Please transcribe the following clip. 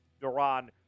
Duran